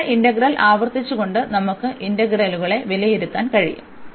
ഒരൊറ്റ ഇന്റഗ്രൽ ആവർത്തിച്ചുകൊണ്ട് നമുക്ക് ഇന്റഗ്രലുകളെ വിലയിരുത്താൻ കഴിയും